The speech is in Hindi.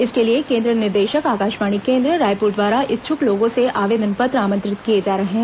इसके लिए केन्द्र निदेशक आकाशवाणी केन्द्र रायपुर द्वारा इच्छ्क लोंगों से आवेदन पत्र आमंत्रित किए जा रहे हैं